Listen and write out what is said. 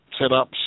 setups